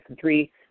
three